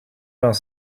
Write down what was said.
vingt